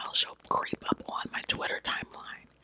um she'll creep up on my twitter timeline,